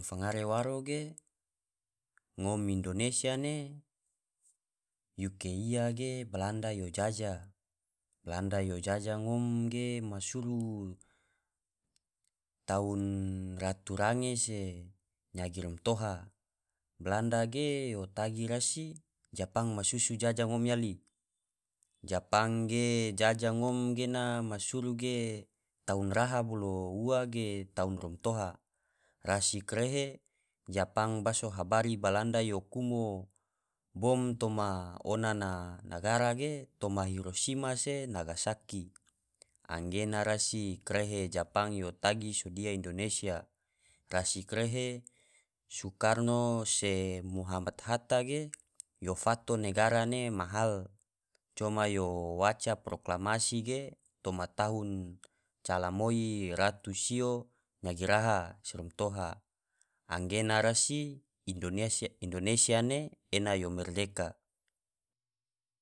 Fangare waro ge ngom indonesia ge yuke iya ge belanda yo jaja balanda yo jaja ngom ge ma suru tahun ratu range se nyagi romtoha balanda ge yo tagi rasi japang ma susu jaja ngom yali, japang ge jaja ngom gena ma suru ge tahun raha bolo ua ge tahun romtoha rasi karehe japang baso habari balanda yo kumo bom toma ona na nagara ge toma hirosima se nagasaki anggena, rasi karehe japang yo tagi sodia indonesia rasi karehe soekarno se moh hatta ge yo fato negara ne ma hal coma yo waca proklamasi ge toma tahun cala moi ratu sio yagi raha se romtoha anggena rasi indonesia ne ena yo merdeka.